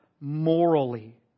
morally